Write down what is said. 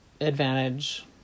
advantage